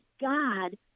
God